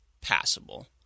passable